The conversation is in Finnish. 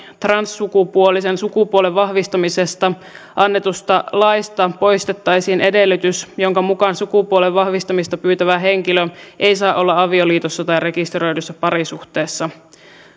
transsukupuolisen sukupuolen vahvistamisesta annetusta laista poistettaisiin edellytys jonka mukaan sukupuolen vahvistamista pyytävä henkilö ei saa olla avioliitossa tai rekisteröidyssä parisuhteessa